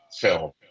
film